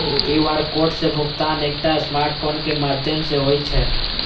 QR code सं भुगतान एकटा स्मार्टफोन के माध्यम सं होइ छै